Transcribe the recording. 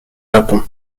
japon